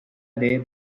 day